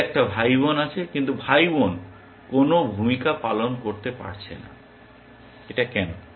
এর একটা ভাইবোন আছে কিন্তু ভাইবোন কোনো ভূমিকা পালন করতে পারছে না কেন